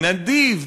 נדיב...